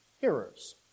hearers